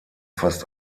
fast